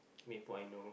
maple I know